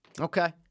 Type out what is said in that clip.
Okay